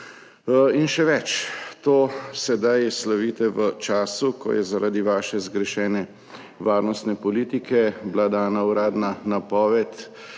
Še več, to sedaj slavite v času, ko je bila zaradi vaše zgrešene varnostne politike dana uradna napoved